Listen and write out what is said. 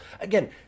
Again